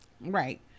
right